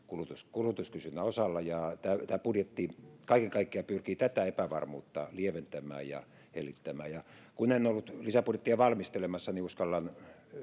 kulutuskysynnän osalta ja tämä budjetti kaiken kaikkiaan pyrkii tätä epävarmuutta lieventämään ja elvyttämään ja kun en ollut lisäbudjettia valmistelemassa niin uskallan